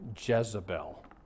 Jezebel